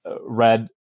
read